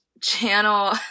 channel